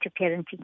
parenting